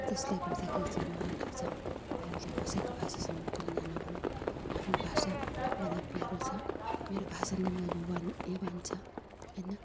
त्यसले गर्दाखेरि चाहिँ मलाई लाग्छ हामीले कसैको भाषासँग तुलना नगरौँ आफ्नो भाषा मलाई प्यारो छ मेरो भाषा नै मलाई वान ए वान छ होइन